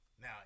Now